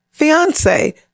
Fiance